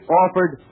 offered